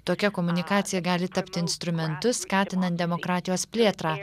tokia komunikacija gali tapti instrumentu skatinant demokratijos plėtrą